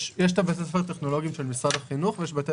יש בתי ספר טכנולוגיים של משרד החינוך ויש בתי